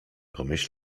pomyś